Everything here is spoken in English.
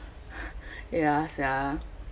ya sia